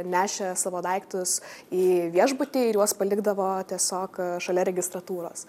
nešė savo daiktus į viešbutį ir juos palikdavo tiesiog šalia registratūros